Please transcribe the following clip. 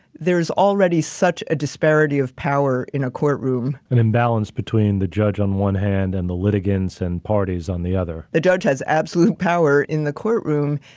there's already such a disparity of power in a courtroom. an imbalance between the judge on one hand and the litigants and parties on the other. the judge has absolute power in the courtroom,